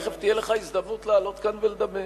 תיכף תהיה לך הזדמנות לעלות כאן ולדבר: